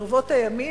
ברבות הימים,